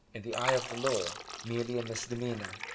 in the eye of the law, merely a misdemeanour.